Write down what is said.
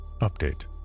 Update